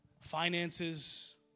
finances